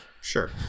Sure